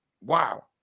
wow